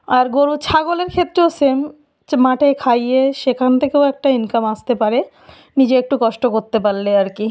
আর গরু ছাগলের ক্ষেত্রেও সেম যে মাঠে খাইয়ে সেখান থেকেও একটা ইনকাম আসতে পারে নিজে একটু কষ্ট করতে পারলে আর কি